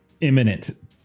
imminent